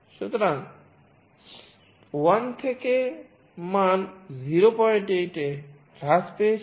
সুতরাং 1 থেকে মান 08 এ হ্রাস পেয়েছে